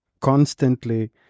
constantly